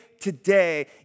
today